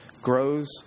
grows